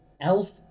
Elf